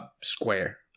Square